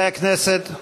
הקואליציה,